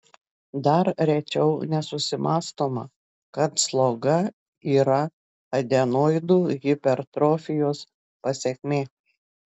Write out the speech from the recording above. dar rečiau nesusimąstoma kad sloga yra adenoidų hipertrofijos pasekmė